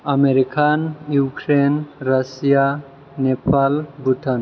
America Ukraine Russia Nepal Bhutan